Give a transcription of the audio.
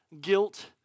guilt